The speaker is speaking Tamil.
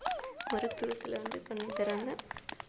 மருத்துவத்தில் வந்து பண்ணி தர்றாங்க